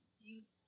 use